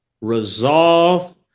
resolve